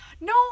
No